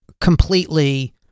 completely